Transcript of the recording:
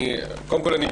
קודם כול,